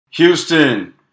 Houston